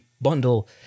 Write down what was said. bundle